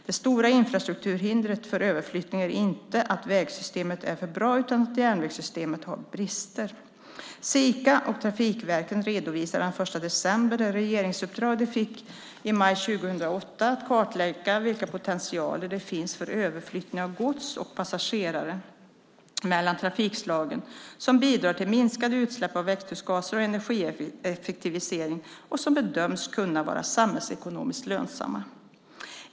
Det stora infrastrukturhindret för överflyttningen är inte att vägsystemet är för bra, utan att järnvägssystemet har brister. Sika och trafikverken redovisade den 1 december det regeringsuppdrag de fick i maj 2008 att kartlägga vilka potentialer det finns för överflyttning av gods och passagerare mellan trafikslagen som bidrar till minskade utsläpp av växthusgaser och energieffektivisering och som bedöms kunna vara samhällsekonomiskt lönsamma.